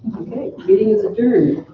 okay, meeting is adjourned,